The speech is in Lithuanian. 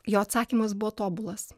jo atsakymas buvo tobulas